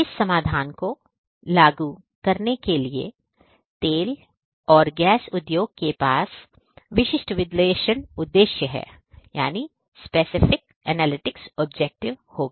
इस समाधान को लागू करने के लिए तेल और गैस उद्योग के पास विशिष्ट विश्लेषण उद्देश्य है स्पेसिफिक एनालिटिक्स ऑब्जेक्टिव होगा